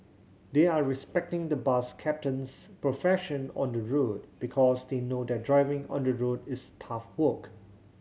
they're respecting the bus captain's profession on the road because they know that driving on the road is tough work